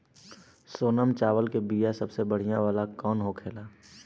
सोनम चावल के बीया सबसे बढ़िया वाला कौन होखेला?